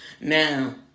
Now